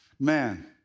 Man